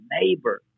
neighbor